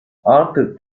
artık